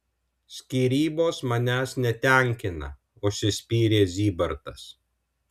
skyrybos manęs netenkina užsispyrė zybartas